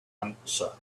answer